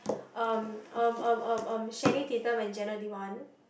um um um um um Channing-Tatum and Jenna-Dewan